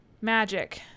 Magic